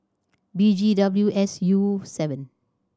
B G W S U seven